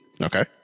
Okay